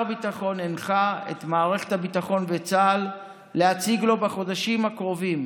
שר הביטחון הנחה את מערכת הביטחון וצה"ל להציג לו בחודשים הקרובים,